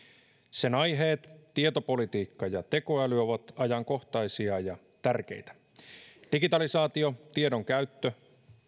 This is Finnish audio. sen aiheet tietopolitiikka ja tekoäly ovat ajankohtaisia ja tärkeitä digitalisaatio ja tiedon käyttö